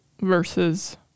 versus